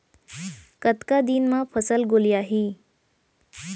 कतका दिन म फसल गोलियाही?